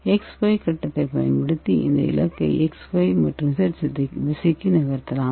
X Y கட்டத்தைப் பயன்படுத்தி இந்த இலக்கை எக்ஸ் ஒய் மற்றும் இசட் திசைக்கு நகர்த்தலாம்